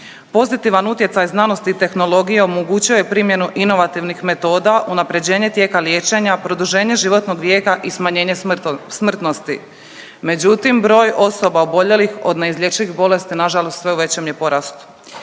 Pozitivan utjecaj znanosti i tehnologije omogućuje primjenu inovativnih metoda, unaprjeđenje tijeka liječenja, produženje životnog vijeka i smanjenje smrtnosti. Međutim, broj osoba oboljelih od neizlječivih bolesti nažalost sve u većem je porastu.